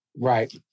Right